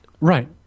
Right